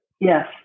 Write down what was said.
Yes